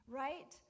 right